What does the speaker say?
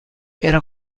era